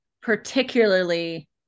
particularly